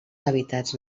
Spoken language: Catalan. hàbitats